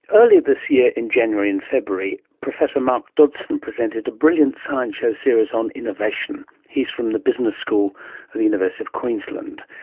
earlier this year, in january and february, professor mark dodgson presented a brilliant science show series on innovation. he's from the business school at the university of queensland.